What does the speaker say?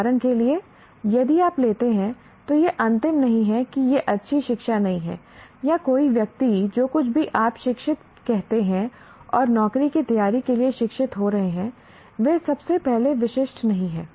उदाहरण के लिए यदि आप लेते हैं तो यह अंतिम नहीं है कि यह अच्छी शिक्षा नहीं है या कोई व्यक्ति जो कुछ भी आप शिक्षित कहते हैं और नौकरी की तैयारी के लिए शिक्षित हो रहे हैं वे सबसे पहले विशिष्ट नहीं हैं